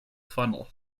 funnel